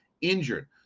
injured